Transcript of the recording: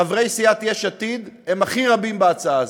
חברי סיעת יש עתיד הם הכי רבים בהצעה הזאת.